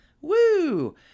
Woo